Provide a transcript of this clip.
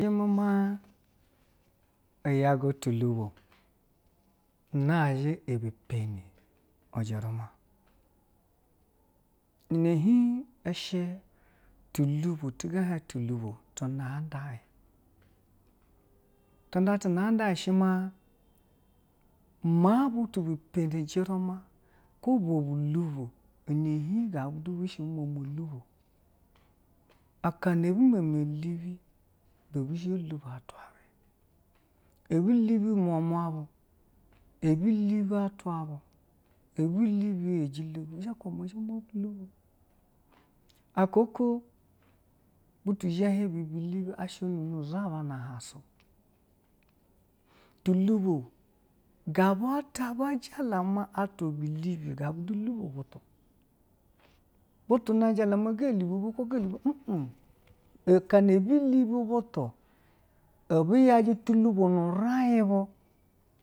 Iyaga tulubo nazhiɛ bu oi ujuruma ɛ na hiin ɛshi tulubo tuga ɛ hien tulubo tinda nda u tu nda ti na a nda u shima, maa butubu peni iyuruma go ma bu lubo ɛ hiin gatu bishe bu ma lubo aka na ɛbu ma ma lubo ibwɛ ibe zh bi ma ma lubo, ibe a bu zhe bo lubo atwa vwe a bi lubi atwa vwe, ɛ lubi iyejilo bu, bu zhe bwe guba maa azhe ma bu luba, aka oko butu zhe hien bubu lubi ashe zha ba na ahansa, tulubo gaba ata ba jala ma atwa gobu ata she lubi butu na jala ma ga olubi bu ɛɛu akana obi lubi bwetu a bi yaji tulubo na rayobo.